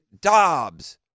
Dobbs